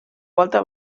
volta